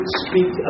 speak